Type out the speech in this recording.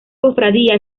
cofradía